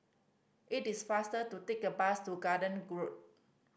it is faster to take a bus to Garden Groad